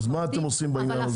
מה אתם עושים בעניין הזה?